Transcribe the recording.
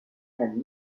famille